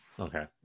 Okay